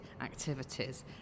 activities